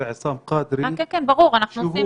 בהמשך